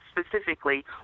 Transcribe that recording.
specifically